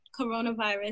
coronavirus